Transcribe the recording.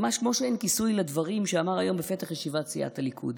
ממש כמו שאין כיסוי לדברים שאמר היום בפתח ישיבת סיעת הליכוד.